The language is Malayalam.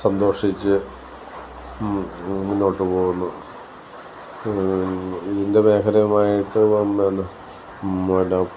സന്തോഷിച്ചു മുന്നോട്ടു പോകുന്നു ഇതിൻ്റെ മേഖലയുമായിട്ട് വന്നാണ് മെന്നെ